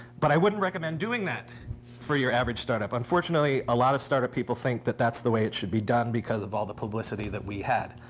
but i wouldn't recommend doing that for your average startup. unfortunately, a lot of startup people think that that's the way it should be done because of all the publicity that we had.